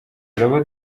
turaba